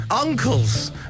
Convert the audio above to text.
Uncles